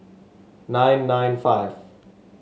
nine nine five